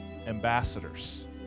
ambassadors